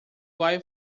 vai